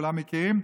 כולם מכירים,